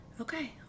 okay